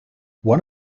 one